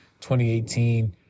2018